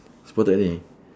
spotted already